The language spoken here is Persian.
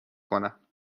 کنم